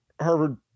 Harvard